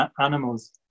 animals